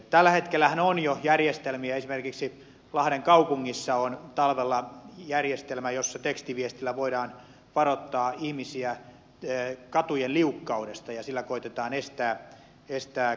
tällä hetkellähän on jo järjestelmiä esimerkiksi lahden kaupungissa on talvella järjestelmä jossa tekstiviestillä voidaan varoittaa ihmisiä katujen liukkaudesta ja sillä koetetaan estää kaatumisonnettomuuksia